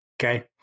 Okay